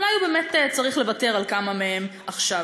אולי הוא באמת צריך לוותר על כמה מהם עכשיו.